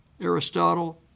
Aristotle